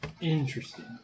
Interesting